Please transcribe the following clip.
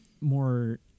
more